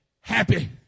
happy